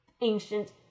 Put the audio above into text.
ancient